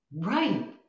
Right